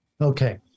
Okay